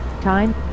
Time